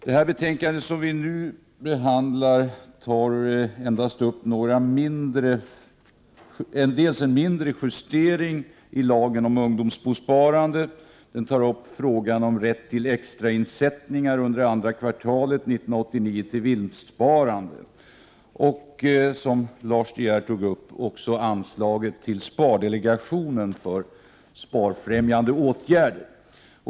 Det betänkande som vi nu behandlar tas endast några mindre delar upp t.ex. en mindre justering i lagen om ungdomsbosparande och frågan om rätt till extra insättning på vinstsparandet under andra kvartalet 1989. Som Lars De Geer sade berörs också anslaget till spardelegationen för sparfrämjande åtgärder.